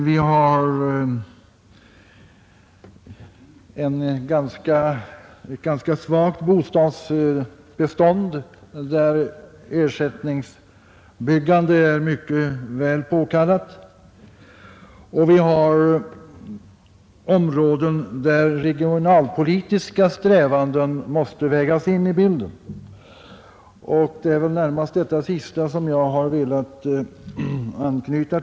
Vi har ett ganska svagt bostadsbestånd, där ett ersättningsbyggande är mycket väl påkallat, och vi har områden där regionalpolitiska strävanden måste vägas in i bilden. Närmast är det väl till detta sistnämnda jag har velat anknyta.